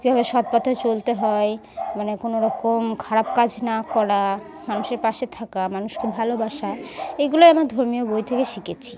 কীভাবে সৎপথে চলতে হয় মানে কোনোরকম খারাপ কাজ না করা মানুষের পাশে থাকা মানুষকে ভালোবাসা এগুলোই আমার ধর্মীয় বই থেকে শিখেছি